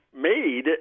made